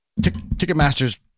Ticketmaster's